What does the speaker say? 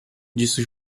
disse